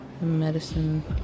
medicine